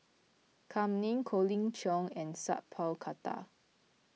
Kam Ning Colin Cheong and Sat Pal Khattar